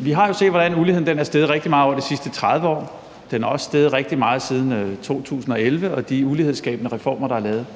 Vi har jo set, hvordan uligheden er steget rigtig meget over de sidste 30 år; den er også steget rigtig meget siden 2011 på grund af de ulighedsskabende reformer, der er lavet.